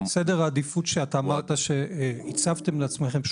סדר העדיפות שאתה אמרת שהצבתם לעצמכם,